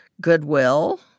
goodwill